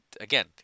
again